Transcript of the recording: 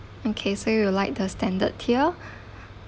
okay so you like the standard tier